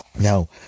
now